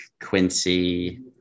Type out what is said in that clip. Quincy